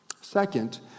Second